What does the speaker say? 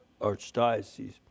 archdiocese